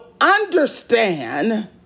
understand